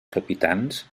capitans